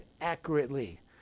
accurately